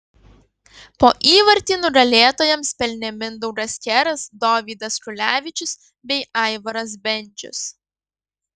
po įvartį nugalėtojams pelnė mindaugas keras dovydas kulevičius bei aivaras bendžius